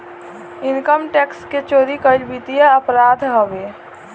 income tax के चोरी कईल वित्तीय अपराध हवे